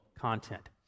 content